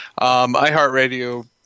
iHeartRadio